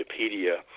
Wikipedia